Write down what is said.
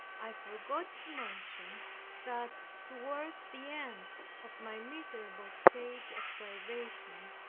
i forgot to mention that toward the end of my miserable state of privation,